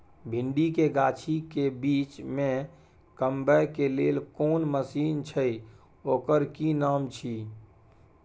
भिंडी के गाछी के बीच में कमबै के लेल कोन मसीन छै ओकर कि नाम छी?